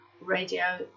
radio